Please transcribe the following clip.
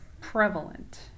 prevalent